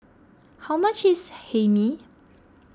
how much is Hae Mee